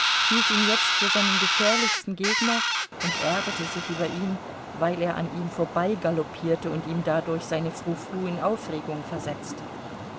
hielt ihn jetzt für seinen gefährlichsten gegner und ärgerte sich über ihn weil er an ihm vorbeigaloppierte und ihm dadurch seine frou frou in aufregung versetzte